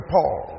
Paul